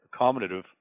accommodative